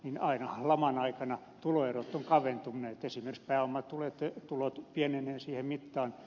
ainahan laman aikana tuloerot ovat kaventuneet esimerkiksi pääomatulot pienenevät siihen mittaan